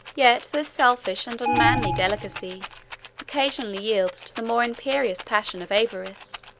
yet this selfish and unmanly delicacy occasionally yields to the more imperious passion of avarice.